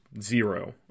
zero